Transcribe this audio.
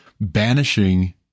banishing